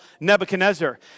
Nebuchadnezzar